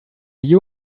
you